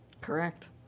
correct